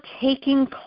taking